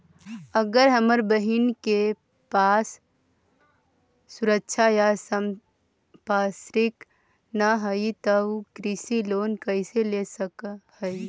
अगर हमर बहिन के पास सुरक्षा या संपार्श्विक ना हई त उ कृषि लोन कईसे ले सक हई?